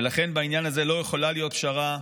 ולכן, בעניין הזה לא יכולה להיות פשרה,